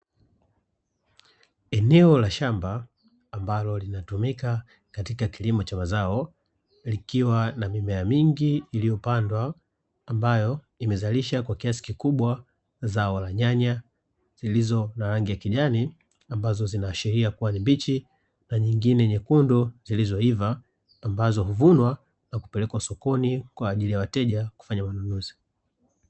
Eneo la shamba ambalo linatumika katika kilimo cha mazao, likiwa na mimea mingi iliyopandwa ambayo imezalisha kwa kiasi kikubwa zao aina ya nyanya zilizo na rangi ya kijani, amba,o inaashiria kuwa ni mbichi na nyingine nyekundu zilizoiva ambazo huvunwa na kupelekwa sokoni kwajili ya wateja kufanya manunuzi.